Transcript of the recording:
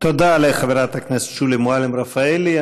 תודה לחברת הכנסת שולי מועלם-רפאלי.